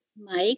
Mike